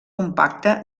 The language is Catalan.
compacte